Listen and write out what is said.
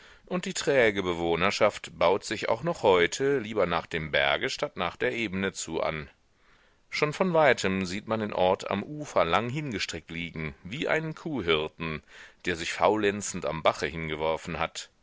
und die träge bewohnerschaft baut sich auch noch heute lieber nach dem berge statt nach der ebene zu an schon von weitem sieht man den ort am ufer lang hingestreckt liegen wie einen kuhhirten der sich faulenzend am bache hingeworfen hat